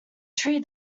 tree